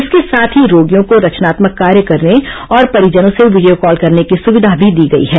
इसके साथ ही रोगियों को रचनात्मक कार्य करने और परिजनों से वीडियो कॉल करने की सुविधा भी दी गई है